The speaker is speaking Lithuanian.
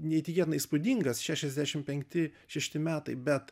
neįtikėtinai įspūdingas šešiasdešim penkti šešti metai bet